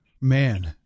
man